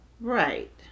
Right